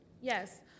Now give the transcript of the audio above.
Yes